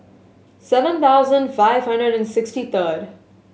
seven thousand five hundred and sixty third